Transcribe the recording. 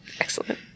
Excellent